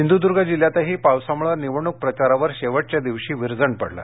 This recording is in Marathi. सिंधुदुर्ग जिल्ह्यातही पावसामुळे निवडणूक प्रचारावर शेवटच्या दिवशी विरजण पडलं